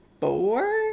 four